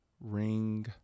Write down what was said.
ring